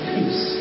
Peace